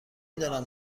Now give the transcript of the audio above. دانم